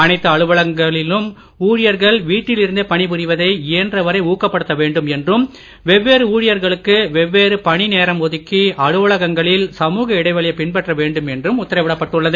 அனைத்து அலுவலகங்களிலும் ஊழியர்கள் வீட்டில் இருந்தே பணி புரிவதை இயன்ற வரை ஊக்குவிக்க வேண்டும் என்றும் வெவ்வேறு ஊழியர்களுக்கு வெவ்வேறு பணி நேரம் ஒதுக்கி அலுவலகங்களில் சமூக இடைவெளியை பின்பற்ற வேண்டும் என்றும் உத்தரவிடப் பட்டுள்ளது